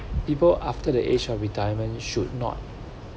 people after the age of retirement should not